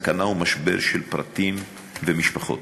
סכנה ומשבר של פרטים ומשפחות.